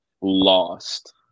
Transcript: lost